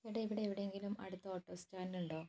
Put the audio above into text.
ഇവിടെ ഇവിടെ എവിടെയെങ്കിലും അടുത്ത് ഓട്ടോ സ്റ്റാൻഡുണ്ടോ